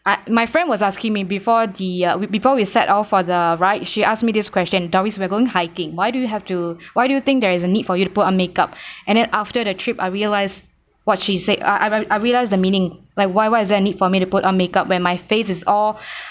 I my friend was asking me before the uh before we set off for the ride she asked me this question doris we're going hiking why do you have to why do you think there is a need for you to put on make up and then after the trip I realise what she said uh I I I realised the meaning like why why is there a need for me to put on makeup when my face is all